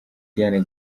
diane